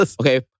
Okay